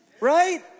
right